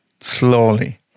Slowly